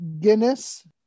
Guinness